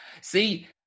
See